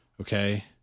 Okay